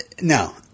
no